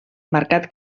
marcat